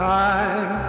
time